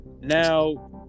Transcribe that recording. Now